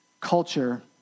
culture